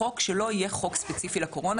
זה לא יהיה חוק ספציפי לקורונה,